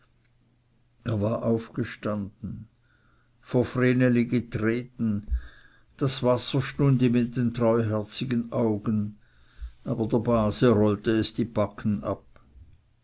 er war aufgestanden vor vreneli getreten das wasser stund ihm in den treuherzigen augen der base aber rollte es die backen ab